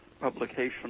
publication